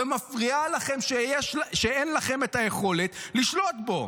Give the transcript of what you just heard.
ומפריע לכם שאין לכם את היכולת לשלוט בו.